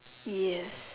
yes